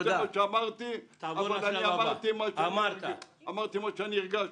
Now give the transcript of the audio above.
אמרתי מה שהרגשתי.